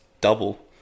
double